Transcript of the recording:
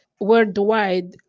worldwide